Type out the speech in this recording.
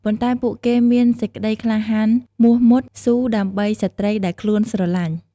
ប៉ុន្ដែពួកគេមានសេចក្ដីក្លាហានមោះមុតស៊ូដើម្បីស្រ្តីដែលខ្លួន ស្រឡាញ់។